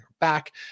back